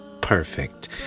perfect